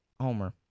homer